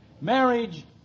marriage